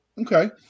Okay